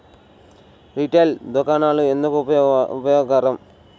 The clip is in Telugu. రిటైల్ దుకాణాలు ఎందుకు ఉపయోగకరం?